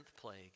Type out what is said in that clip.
plague